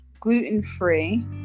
gluten-free